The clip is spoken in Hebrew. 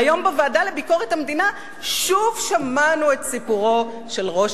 והיום בוועדה לביקורת המדינה שוב שמענו את סיפורו של ראש